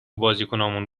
بازیکنامون